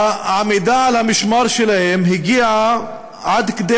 העמידה שלהם על המשמר הגיעה עד כדי